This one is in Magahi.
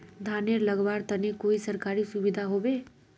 धानेर लगवार तने कोई सरकारी सुविधा होबे?